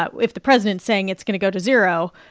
ah if the president saying it's going to go to zero,